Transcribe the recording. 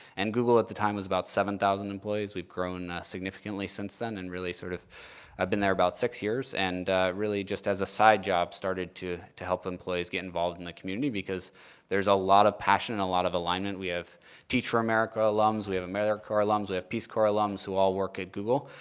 and google at the time was about seven thousand employees. we've grown significantly since then and really sort of i've been there about six years and really just as a side job started to to help employees get involved in the community. because there's a lot of passion and a lot of alignment. we have teach for america alums, we have americorps alums, we have peace corps alums who all work at google.